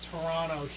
Toronto